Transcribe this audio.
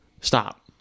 Stop